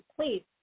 please